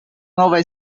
nova